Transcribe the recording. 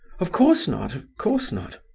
of course not of course not